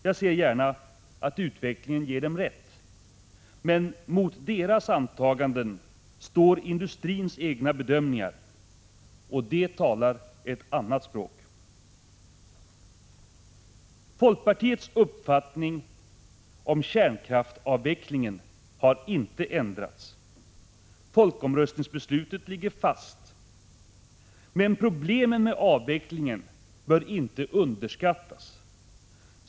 Jag ser gärna att utvecklingen ger dem rätt, men mot deras antaganden står industrins bedömningar, och de talar ett annat språk. Folkpartiets uppfattning om kärnkraftsavvecklingen har inte ändrats. Folkomröstningsbeslutet ligger fast, men problemen med avvecklingen bör inte underskattas.